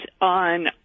on